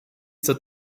zur